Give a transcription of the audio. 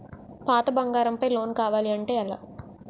పాత బంగారం పై లోన్ కావాలి అంటే ఎలా?